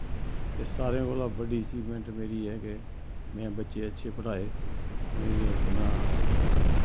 ते सारे कोला बड्डी अचीवमैंट मेरी एह् ऐ के में बच्चे अच्चे पढ़ाए उनेंगी अपना